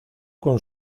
con